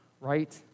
right